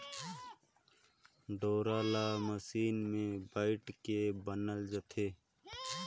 डोरा ल मसीन मे बइट के बनाल जाथे